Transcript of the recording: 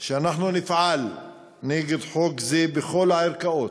שנפעל נגד חוק זה בכל הערכאות,